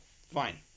Fine